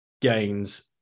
gains